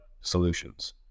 solutions